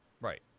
Right